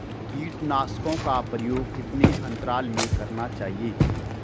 कीटनाशकों का प्रयोग कितने अंतराल में करना चाहिए?